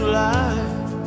life